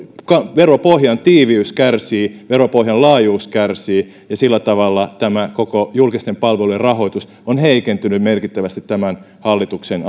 veropohjan tiiviys kärsii ja veropohjan laajuus kärsii ja sillä tavalla tämä koko julkisten palvelujen rahoitus on heikentynyt merkittävästi tämän hallituksen